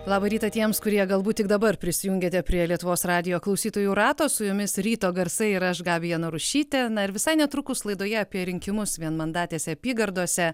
labą rytą tiems kurie galbūt tik dabar prisijungėte prie lietuvos radijo klausytojų rato su jumis ryto garsai ir aš gabija narušytė na ir visai netrukus laidoje apie rinkimus vienmandatėse apygardose